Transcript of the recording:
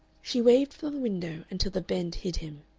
she waved from the window until the bend hid him.